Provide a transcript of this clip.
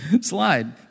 slide